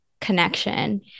connection